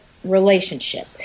relationship